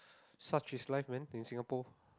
such is life man in Singapore